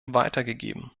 weitergegeben